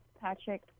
patrick